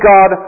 God